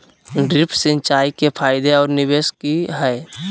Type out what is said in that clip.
Drip सिंचाई के फायदे और निवेस कि हैय?